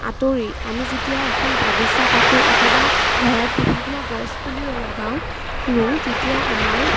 আঁতৰি আমি যেতিয়া এখন বাগিচা পাতোঁ অথবা ঘৰত বিভিন্ন গছ পুলি লগাওঁ ৰোওঁ তেতিয়া আমাৰ